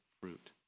fruit